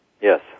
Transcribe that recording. Yes